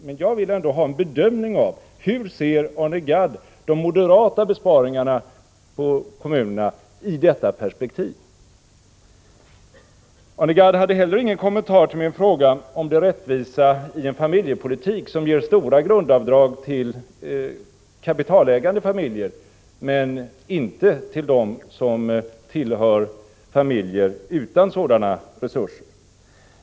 Men jag vill ändå ha en upplysning om hur Arne Gadd ser de moderata besparingarna när det gäller kommunerna i detta perspektiv. Arne Gadd hade heller ingen kommentar till min fråga om det rättvisa i en familjepolitik som ger stora grundavdrag till kapitalägande familjer men inte till familjer utan sådana resurser.